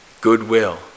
goodwill